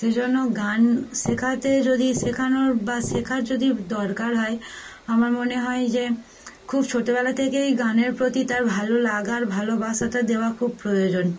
সেজন্য গান শেখাতে যদি শেখানোর বা শেখার যদি দরকার হয় আমার মনে হয় যে খুব ছোটোবেলা থেকেই গানের প্রতি তার ভালো লাগার ভালোবাসাটা দেওয়া খুব প্রয়োজন